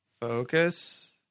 focus